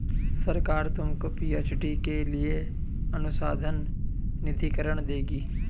सरकार तुमको पी.एच.डी के लिए अनुसंधान निधिकरण देगी